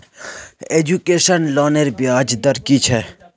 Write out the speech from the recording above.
Education लोनेर ब्याज दर कि छे?